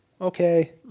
okay